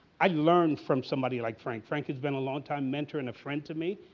i learned from somebody like frank, frank has been a longtime mentor and a friend to me,